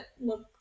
look